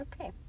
Okay